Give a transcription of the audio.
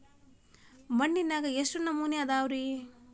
ಮಣ್ಣಿನಾಗ ಎಷ್ಟು ನಮೂನೆ ಅದಾವ ರಿ?